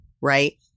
right